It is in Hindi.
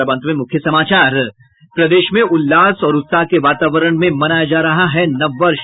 और अब अंत में मुख्य समाचार प्रदेश में उल्लास और उत्साह के वातावरण में मनाया जा रहा है नव वर्ष